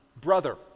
brother